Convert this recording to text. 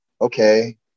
okay